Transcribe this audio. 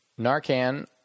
Narcan